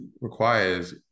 requires